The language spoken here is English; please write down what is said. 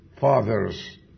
fathers